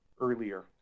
earlier